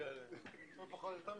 שכולם בעד?